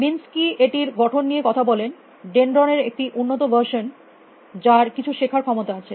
Minsky এটির গঠন নিয়ে কথা বলেন ডেনড্রন এর একটি উন্নত ভার্সন advanced version যার কিছু শেখার ক্ষমতা আছে